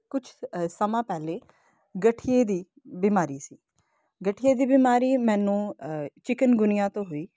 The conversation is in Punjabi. ਕੁਛ ਸਮਾਂ ਪਹਿਲਾਂ ਗਠੀਏ ਦੀ ਬਿਮਾਰੀ ਸੀ ਗਠੀਏ ਦੀ ਬਿਮਾਰੀ ਮੈਨੂੰ ਚਿਕਨਗੁਨੀਆ ਤੋਂ ਹੋਈ